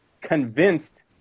convinced